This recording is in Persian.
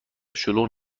شلوغ